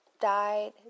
died